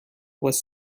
was